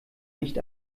nicht